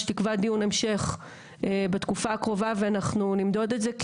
שתקבע דיון המשך בתקופה הקרובה ואנחנו נמדוד את זה.